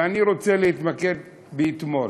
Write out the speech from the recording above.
ואני רוצה להתמקד באתמול.